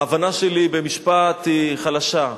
ההבנה שלי במשפט היא חלשה,